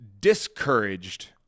discouraged